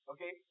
Okay